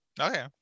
Okay